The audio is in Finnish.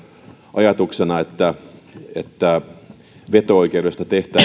ajatuksena että että veto oikeutta